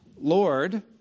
Lord